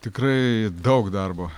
tikrai daug darbo